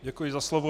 Děkuji za slovo.